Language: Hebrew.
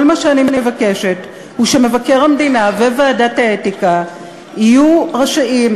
כל מה שאני מבקשת הוא שמבקר המדינה וועדת האתיקה יהיו רשאים,